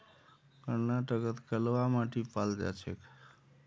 कर्नाटकत कलवा माटी पाल जा छेक